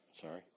Sorry